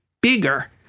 bigger